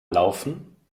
laufen